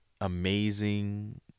amazing